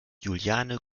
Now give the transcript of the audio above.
juliane